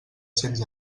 cents